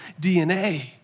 DNA